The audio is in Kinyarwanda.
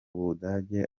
budage